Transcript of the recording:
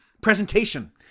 Presentation